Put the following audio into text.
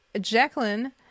Jacqueline